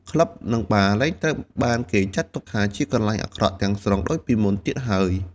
ក្លឹប និងបារ លែងត្រូវបានគេចាត់ទុកថាជាកន្លែងអាក្រក់ទាំងស្រុងដូចពីមុនទៀតហើយ ។